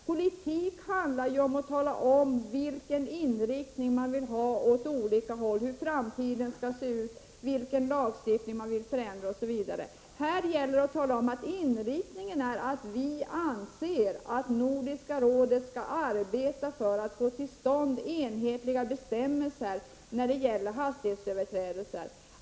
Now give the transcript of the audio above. Politik handlar om att tala om vilken inriktning man vill ha, hur framtiden skall se ut, vilken lagstiftning man vill förändra, osv. Här gäller det att tala om att inriktningen är att vi anser att Nordiska rådet skall arbeta för att få till stånd enhetliga bestämmelser när det gäller hastighetsöverträdelser.